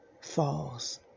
falls